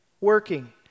working